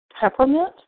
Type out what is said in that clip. peppermint